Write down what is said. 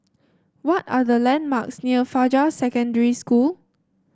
what are the landmarks near Fajar Secondary School